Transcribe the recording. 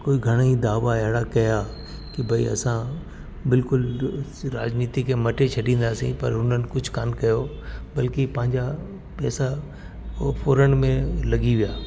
कोई घणेई दावा अहिड़ा कया कि भई असां बिल्कुलु राजनीति खे मटे छॾींदासीं पर हुननि कुझु कोनि कयो बल्कि पंहिंजा पैसा उहे फुरण में लॻी विया